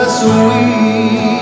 sweet